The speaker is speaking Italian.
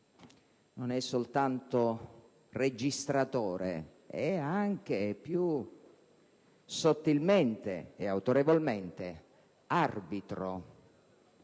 non è soltanto registratore, è anche, più sottilmente e autorevolmente, arbitro